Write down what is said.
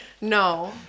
no